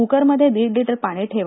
क्करमधे दीड लीटर पाणी ठेवा